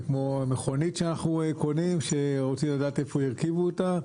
וכמו מכונית שאנחנו קונים ורוצים לדעת איפה הרכיבו אותה.